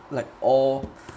like awe